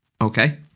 Okay